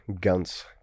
guns